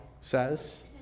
says